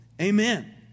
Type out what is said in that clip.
Amen